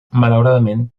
malauradament